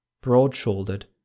broad-shouldered